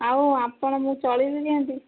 ଆଉ ଆପଣ ମୁଁ ଚଳିବି କେମିତି